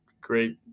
great